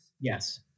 Yes